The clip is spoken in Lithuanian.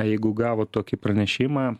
jeigu gavo tokį pranešimą